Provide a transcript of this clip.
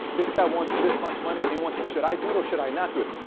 this guy wants this much money and he wants should i do it or should i not do it?